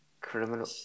Criminal